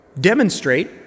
Demonstrate